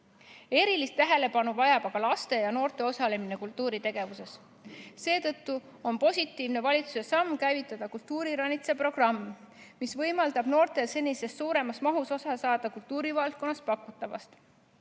Erilist tähelepanu vajab aga laste ja noorte osalemine kultuuritegevustes. Seetõttu on positiivne valitsuse samm käivituda kultuuriranitsa programm, mis võimaldab noortel senisest suuremas mahus osa saada kultuurivaldkonnas pakutavast.